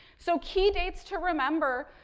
so, key dates to remember,